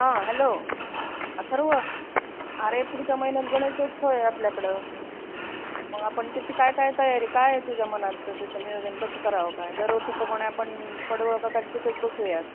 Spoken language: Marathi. हा हॅलो अथर्व अरे पुढच्या महिन्यात गणेशोत्सव आहे आपल्याकडं मग आपण त्याची काय काय तयारी काय तुझ्या मनात तर त्याचं नियोजन कसं करावं काय दरवर्षीप्रमाणे आपण सर्व प्रकार तिथेच बसवूयात